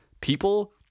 people